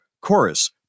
Chorus